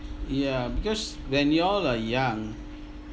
ya because when you all are young